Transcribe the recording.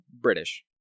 British